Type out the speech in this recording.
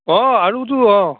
অঁ আৰুটো অঁ